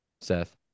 Seth